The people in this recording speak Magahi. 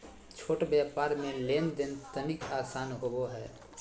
छोट व्यापार मे लेन देन तनिक आसान होवो हय